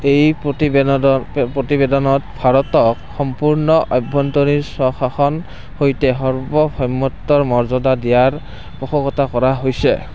এই প্ৰতিবেদানত প্ৰতিবেদনত ভাৰতক সম্পূৰ্ণ আভ্যন্তৰীণ স্বশাসনৰ সৈতে সাৰ্বভৌমত্বৰ মৰ্যাদা দিয়াৰ পোষকতা কৰা হৈছিল